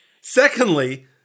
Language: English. Secondly